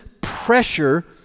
pressure